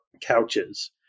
couches